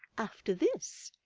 after this,